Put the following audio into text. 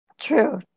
True